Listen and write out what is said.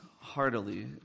heartily